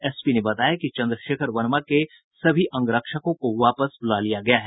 SP ने बताया कि चंद्रशेखर वर्मा के सभी अंगरक्षकों को वापस बुला लिया गया है